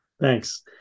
Thanks